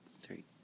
three